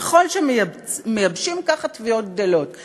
ככל שמייבשים, כך התביעות גדלות.